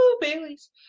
Bailey's